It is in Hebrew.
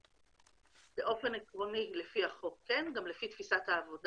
באופן עקרוני לפי החוק, כן.